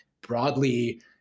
broadly